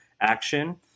action